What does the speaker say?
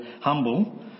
humble